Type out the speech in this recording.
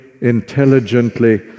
intelligently